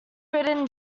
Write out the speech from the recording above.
written